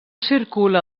circula